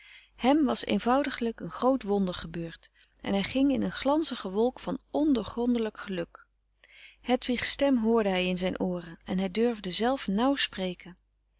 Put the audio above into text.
hem was eenvoudiglijk een groot wonder gebeurd en hij ging in een glanzige wolk van ondoorgrondelijk geluk hedwig's stem hoorde hij in zijn ooren en hij durfde zelf nauw spreken